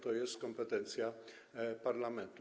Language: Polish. To jest kompetencja parlamentu.